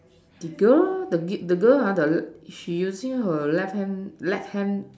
the girl the girl she using her left hand left hand